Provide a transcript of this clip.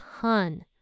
ton